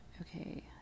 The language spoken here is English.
okay